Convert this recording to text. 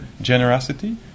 generosity